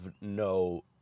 no